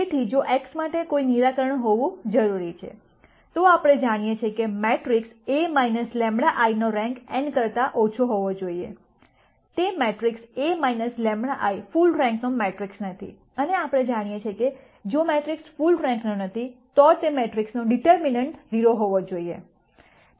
તેથી જો x માટે કોઈ નિરાકરણ હોવું જરૂરી છે તો આપણે જાણીએ છીએ કે મેટ્રિક્સ A λ I નો રેન્ક n કરતા ઓછું હોવું જોઈએ તે મેટ્રિક્સ A λ I ફુલ રેન્કનો મેટ્રિક્સ નથી અને આપણે જાણીએ છીએ કે જો મેટ્રિક્સ ફુલ રેન્કનો નથી તો તે મેટ્રિક્સનો ડિટર્મનન્ટ 0 હોવો જોઈએ